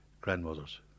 grandmother's